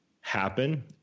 happen